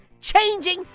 changing